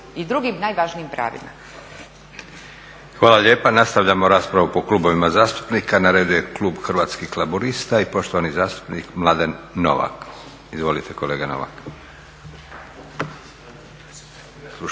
i drugim najvažnijim pravima. **Leko, Josip (SDP)** Hvala lijepa. Nastavljamo raspravu po klubovima zastupnika. Na redu je klub Hrvatskih laburista i poštovani zastupnik Mladen Novak. Izvolite kolega Novak.